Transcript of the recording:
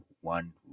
one